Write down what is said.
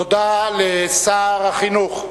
תודה לשר החינוך.